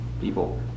People